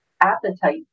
appetite